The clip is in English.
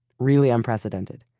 really unprecedented.